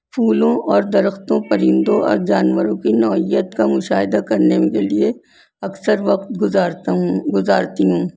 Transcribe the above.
پھولوں اور درختوں پرندوں اور جانوروں کی نوعیت کا مشاہدہ کرنے کے لیے اکثر وقت گزارتا ہوں گزارتی ہوں